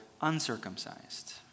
uncircumcised